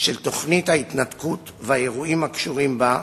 של תוכנית ההתנתקות והאירועים הקשורים בה,